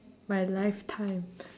my lifetime